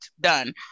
done